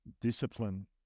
discipline